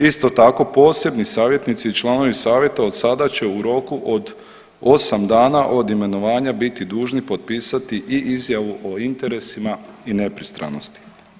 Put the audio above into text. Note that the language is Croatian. Isto tako posebni savjetnici i članovi savjeta od sada će u roku od 8 dana od imenovanja biti dužni potpisati i izjavu o interesima i nepristranosti.